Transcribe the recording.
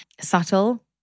subtle